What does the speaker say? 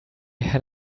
had